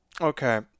Okay